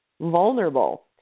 vulnerable